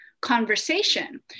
conversation